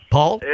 Paul